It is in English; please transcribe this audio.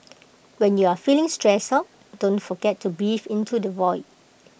when you are feeling stressed out don't forget to breathe into the void